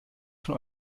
von